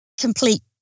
complete